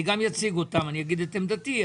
אני גם אציג אותם ואגיד את עמדתי,